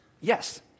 Yes